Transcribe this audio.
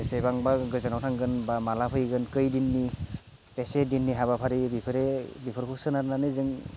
बेसेबांबा गोजानाव थांगोन बा माब्ला फैगोन खोयदिननि बेसे दिननि हाबाफारि बेफोरखौ सोनारनानै जों